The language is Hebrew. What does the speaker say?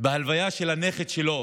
בהלוויה של הנכד שלו